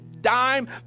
dime